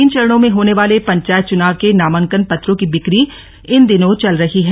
तीन चरणों मे होने वाले पंचायत चुनाव के नामांकन पत्रों की बिक्री इन दिनों चल रही है